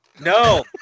no